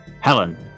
Helen